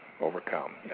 overcome